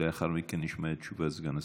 לאחר מכן נשמע את תשובת סגן השר.